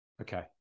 okay